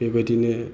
बेबायदिनो